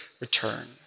return